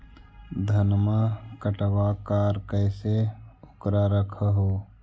धनमा कटबाकार कैसे उकरा रख हू?